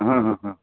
हँ हँ हँ